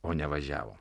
o ne važiavo